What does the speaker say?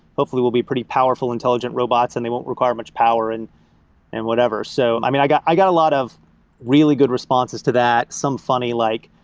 hopefully, will be pretty powerful intelligent robots and they don't require much power and and whatever. so i got i got a lot of really good responses to that, some funny, like,